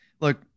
look